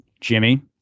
Jimmy